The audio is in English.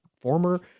former